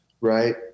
Right